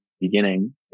beginning